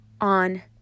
on